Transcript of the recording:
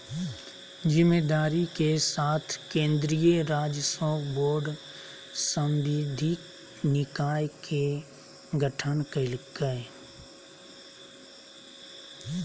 जिम्मेदारी के साथ केन्द्रीय राजस्व बोर्ड सांविधिक निकाय के गठन कइल कय